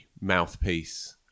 mouthpiece